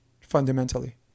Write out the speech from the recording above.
fundamentally